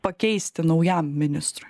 pakeisti naujam ministrui